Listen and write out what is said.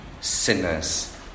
sinners